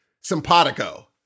simpatico